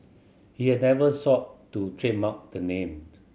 he has never sought to trademark the name